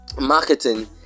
marketing